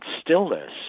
stillness